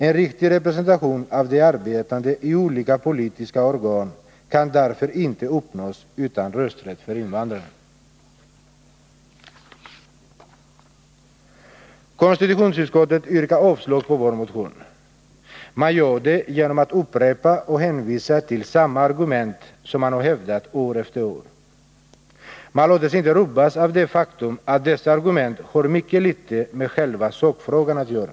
En riktig representation av de arbetande i olika politiska organ kan därför inte uppnås utan rösträtt för invandrarna. Konstitutionsutskottet har avstyrkt vår motion. Det gör detta genom att upprepa och hänvisa till samma argument som det hävdat år efter år. Utskottet har inte låtit sig rubbas av det faktum att dessa argument har mycket litet med själva sakfrågan att göra.